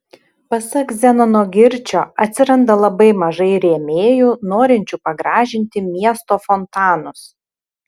pasak zenono girčio atsiranda labai mažai rėmėjų norinčių pagražinti miesto fontanus